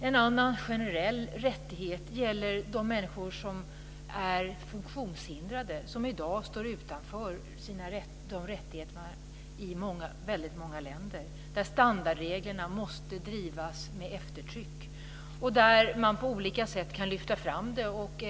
En annan generell rättighet gäller de människor som är funktionshindrade och som i dag står utanför sina rättigheter i många länder. Där måste frågan om standardreglerna drivas med eftertryck. Detta kan man lyfta fram på olika sätt.